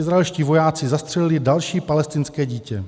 Izraelští vojáci zastřelili další palestinské dítě.